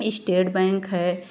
state bank है